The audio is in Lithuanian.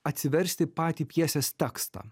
atsiversti patį pjesės tekstą